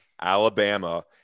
Alabama